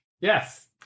Yes